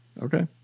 Okay